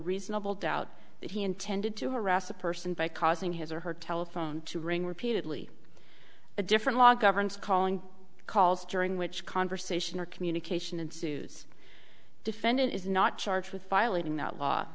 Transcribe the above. reasonable doubt that he intended to harass a person by causing his or her telephone to ring repeatedly a different law governs calling calls during which conversation or communication ensues defendant is not charged with violating that law